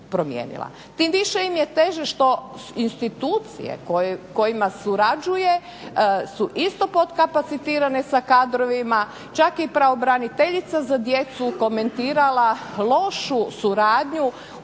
Tim više im je teže što institucije kojima surađuje su isto pod kapacitirane sa kadrovima, čak i pravobraniteljica za djecu komentirala lošu suradnju u